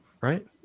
Right